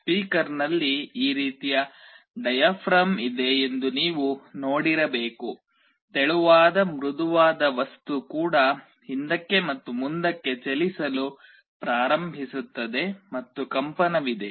ಸ್ಪೀಕರ್ನಲ್ಲಿ ಈ ರೀತಿಯ ಡಯಾಫ್ರಾಮ್ ಇದೆ ಎಂದು ನೀವು ನೋಡಿರಬೇಕು ತೆಳುವಾದ ಮೃದುವಾದ ವಸ್ತು ಕೂಡ ಹಿಂದಕ್ಕೆ ಮತ್ತು ಮುಂದಕ್ಕೆ ಚಲಿಸಲು ಪ್ರಾರಂಭಿಸುತ್ತದೆ ಮತ್ತು ಕಂಪನವಿದೆ